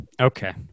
Okay